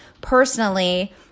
personally